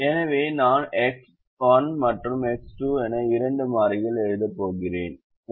எனவே நான் X1 மற்றும் X2 என இரண்டு மாறிகள் எழுதப் போகிறேன்